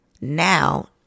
Now